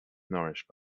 nourished